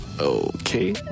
Okay